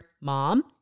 Mom